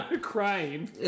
crying